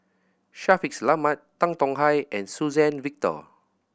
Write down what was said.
Shaffiq Selamat Tan Tong Hye and Suzann Victor